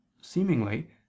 seemingly